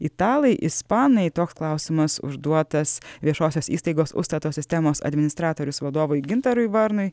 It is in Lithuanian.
italai ispanai toks klausimas užduotas viešosios įstaigos ustato sistemos administratorius vadovui gintarui varnui